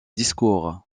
discours